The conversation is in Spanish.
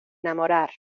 enamorar